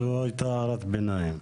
זו הייתה הערת ביניים.